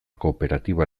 kooperatiba